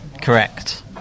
correct